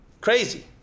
crazy